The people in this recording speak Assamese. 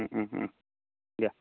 দিয়া